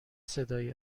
صدایی